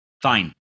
fine